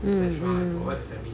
mmhmm